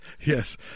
Yes